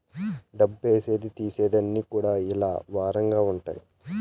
డబ్బులు ఏసేది తీసేది అన్ని కూడా ఇలా వారంగా ఉంటాయి